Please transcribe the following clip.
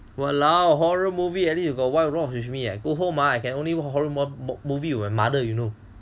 !walao! horror movie at least you got wife to watch with me I go home I can only watch horror movie with my mother you know